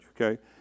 okay